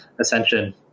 ascension